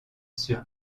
sur